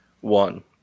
one